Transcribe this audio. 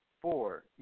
four